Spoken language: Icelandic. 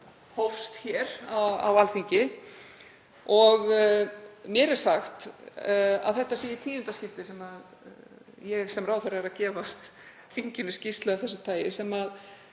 hófst hér á Alþingi. Mér er sagt að þetta sé í tíunda skipti sem ég sem ráðherra gef þinginu skýrslu af þessu tagi, sem var